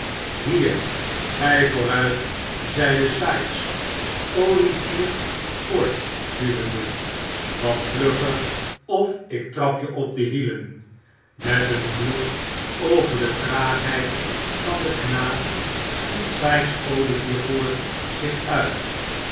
hier gij vooruit zeide sikes olivier voortduwende wat vlugger of ik trap je op de hielen met een vloek over de traagheid van den knaap stiet sikes olivier voor zich uit